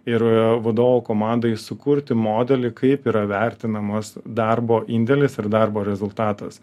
ir vadovų komandai sukurti modelį kaip yra vertinamas darbo indėlis ir darbo rezultatas